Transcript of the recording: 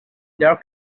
there